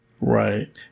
Right